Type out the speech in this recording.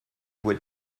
would